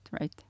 right